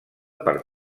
per